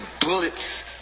bullets